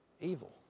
evil